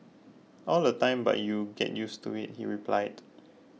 all the time but you get used to it he replied